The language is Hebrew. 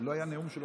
בטח הוא